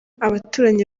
abaturanyi